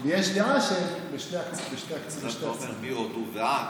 לכן אתה אומר מהודו ועד.